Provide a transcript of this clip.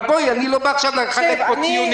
אבל בואי, אני לא בא עכשיו לחלק פה ציונים.